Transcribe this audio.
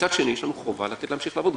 מצד שני יש לנו חובה לתת להמשיך לעבוד.